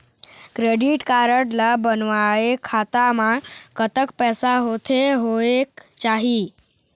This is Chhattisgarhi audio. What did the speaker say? क्रेडिट कारड ला बनवाए खाता मा कतक पैसा होथे होएक चाही?